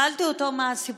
שאלתי אותו מה הסיפור,